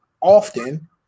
often